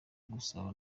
gusaba